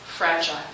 Fragile